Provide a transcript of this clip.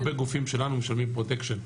הרבה גופים שלנו משלמים פרוטקשן.